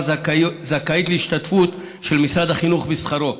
זכאית להשתתפות של משרד החינוך בשכרו.